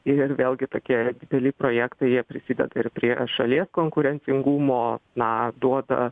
ir vėlgi tokie dideli projektai jie prisideda ir prie šalies konkurencingumo na duoda